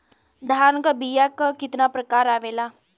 धान क बीया क कितना प्रकार आवेला?